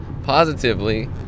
positively